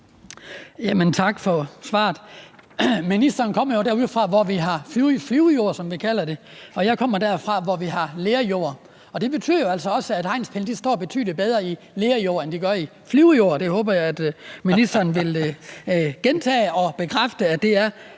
tak for svaret. Ministeren kommer jo derudefra, hvor man har flyvejord, som man kalder det. Og jeg kommer derfra, hvor vi har lerjord. Og det betyder jo altså, at hegnspælene står betydelig bedre i lerjord, end de gør i flyvejord. Det håber jeg at ministeren vil gentage og bekræfte, altså